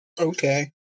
Okay